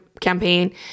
campaign